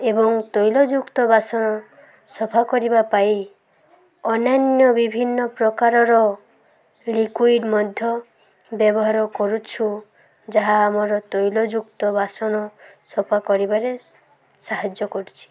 ଏବଂ ତୈଲଯୁକ୍ତ ବାସନ ସଫା କରିବା ପାଇଁ ଅନ୍ୟାନ୍ୟ ବିଭିନ୍ନ ପ୍ରକାରର ଲିକୁଇଡ଼ ମଧ୍ୟ ବ୍ୟବହାର କରୁଛୁ ଯାହା ଆମର ତୈଲଯୁକ୍ତ ବାସନ ସଫା କରିବାରେ ସାହାଯ୍ୟ କରୁଛି